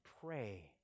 pray